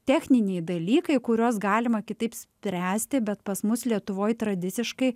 techniniai dalykai kuriuos galima kitaip spręsti bet pas mus lietuvoj tradiciškai